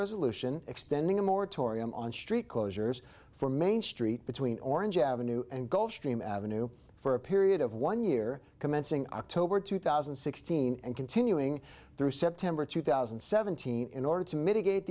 resolution extending a moratorium on street closures for main street between orange avenue and gulfstream avenue for a period of one year commencing october two thousand and sixteen and continuing through september two thousand and seventeen in order to mitigate